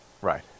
Right